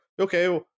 okay